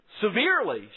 severely